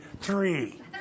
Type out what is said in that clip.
three